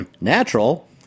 natural